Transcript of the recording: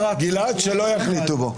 שלא יחליטו בו.